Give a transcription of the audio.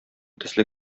төсле